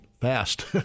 fast